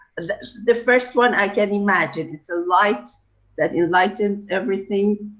the. the first one i can imagine, it's a light that enlightens everything,